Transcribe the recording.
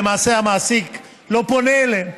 למעשה המעסיק לא פונה אליהן,